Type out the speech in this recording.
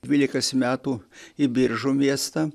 dvylikas metų į biržų miestą